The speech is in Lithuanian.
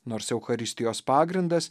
nors eucharistijos pagrindas